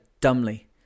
dumbly